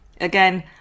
again